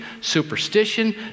superstition